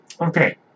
Okay